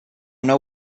know